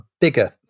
bigger